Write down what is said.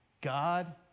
God